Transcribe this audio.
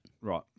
Right